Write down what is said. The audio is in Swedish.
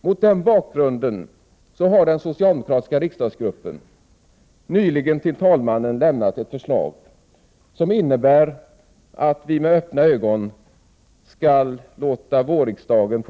Mot den bakgrunden har den socialdemokratiska riksdagsgruppen nyligen till talmannen lämnat ett förslag som innebär att vi med öppna ögon skall kunna låta vårriksdagen